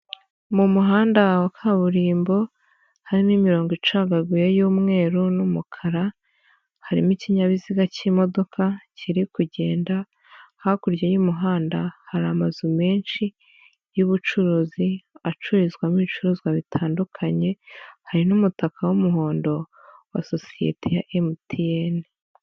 Mu muhanda wa kaburimbo, harimo imirongo icagaguye y'umweru n'umukara, harimo ikinyabiziga cy'imodoka kiri kugenda, hakurya y'umuhanda hari amazu menshi y'ubucuruzi, acururizwamo ibicuruzwa bitandukanye, hari n'umutaka w'umuhondo wa sosiyete ya MTN.